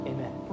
Amen